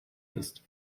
ist